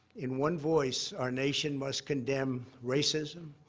in one voice, our nation must condemn racism,